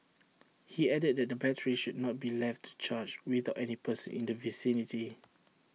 he added that the batteries should not be left to charge without any person in the vicinity